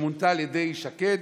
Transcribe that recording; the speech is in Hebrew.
שמונתה על ידי שקד,